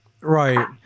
Right